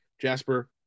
jasper